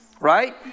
right